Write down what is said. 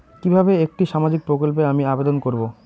কিভাবে একটি সামাজিক প্রকল্পে আমি আবেদন করব?